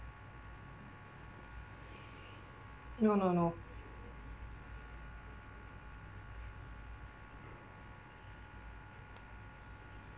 no no no